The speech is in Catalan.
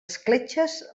escletxes